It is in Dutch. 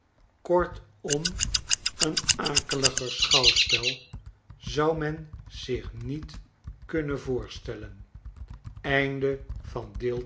kortom een akeliger schouwspel zou men zich niet voor kunnen